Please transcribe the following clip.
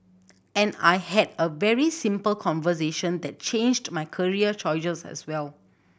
and I had a very simple conversation that changed my career choices as well